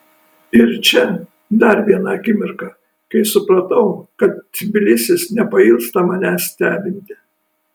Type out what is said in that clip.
ir čia dar viena akimirka kai supratau kad tbilisis nepailsta manęs stebinti